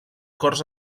corts